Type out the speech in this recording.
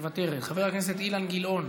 מוותרת, חבר הכנסת אילן גילאון,